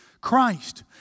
Christ